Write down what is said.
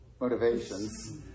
motivations